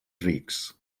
rics